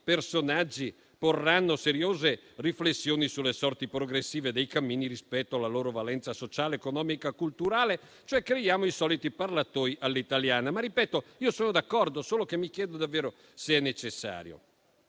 personaggi porranno seriose riflessioni sulle sorti progressive dei cammini rispetto alla loro valenza sociale, economica e culturale. Creiamo i soliti parlatoi all'italiana. Ripeto di essere d'accordo, solo che mi chiedo davvero se sia necessario.